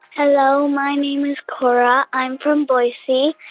hello. my name is cora. i'm from boise.